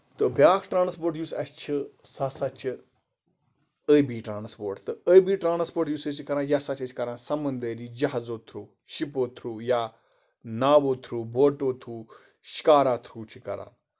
تہٕ بیاکھ ٹرانَسپورٹ یُس اَسہِ چھ سُہ ہسا چھِ ٲبی ٹراسنَپورٹ تہٕ ٲبی ٹرانَسپورٹ یُس ٲسۍ کران یہِ ہسا چھِ أسۍ کران سَمندٔری جَہازَو تھروٗ شِپو تھروٗ یا ناوو تھروٗ بوٹَو تھروٗ شِکارا تھروٗ چھِ کران